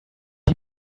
die